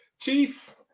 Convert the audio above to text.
Chief